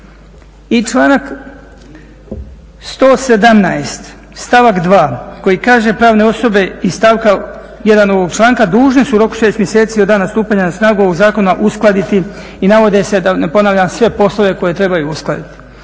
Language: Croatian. I članak 117.stavak 2.koji kaže pravne osobe iz stavka 1.ovog članka dužne su u roku od 6 mjeseci od dana stupanja na snagu ovog zakona uskladiti i navode se da ne ponavljam sve poslove koje trebaju uskladiti.